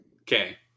Okay